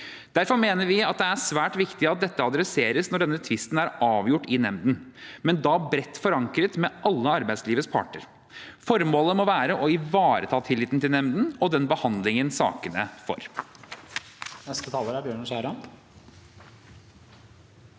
Derfor mener vi at det er svært viktig at dette tas tak i når denne tvisten er avgjort i nemnda, men da bredt forankret med alle arbeidslivets parter. Formålet må være å ivareta tilliten til nemnda og den behandlingen sakene får.